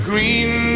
Green